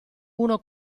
uno